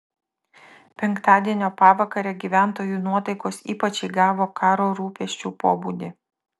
penktadienio pavakare gyventojų nuotaikos ypač įgavo karo rūpesčių pobūdį